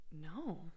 No